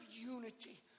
unity